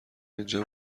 اینجا